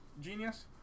Genius